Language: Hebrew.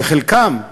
חלקן,